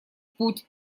путь